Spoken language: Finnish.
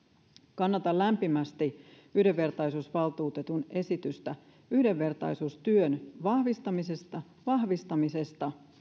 kannatan lämpimästi yhdenvertaisuusvaltuutetun esitystä yhdenvertaisuustyön vahvistamisesta vahvistamisesta